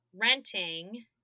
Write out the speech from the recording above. renting